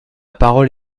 parole